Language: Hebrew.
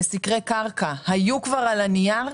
לסקרי קרקע כבר היו על הנייר?